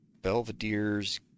Belvedere's